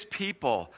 people